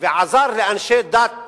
ועזר לאנשי דת